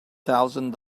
thousand